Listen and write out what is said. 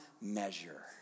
measure